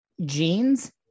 jeans